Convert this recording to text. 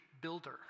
builder